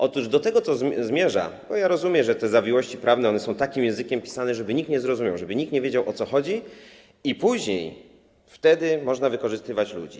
Otóż do tego to zmierza, bo rozumiem, że te zawiłości prawne są takim językiem pisane, żeby nikt nie zrozumiał, żeby nikt nie wiedział, o co chodzi, bo wtedy można wykorzystywać ludzi.